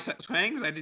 swings